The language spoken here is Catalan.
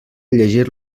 llegir